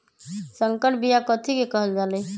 संकर बिया कथि के कहल जा लई?